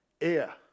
air